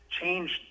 changed